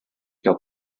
gael